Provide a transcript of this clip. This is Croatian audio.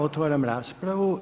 Otvaram raspravu.